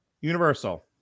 Universal